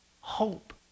hope